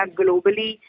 globally